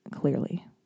clearly